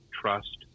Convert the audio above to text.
trust